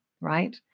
right